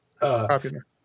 Popular